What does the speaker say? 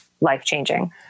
life-changing